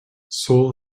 seoul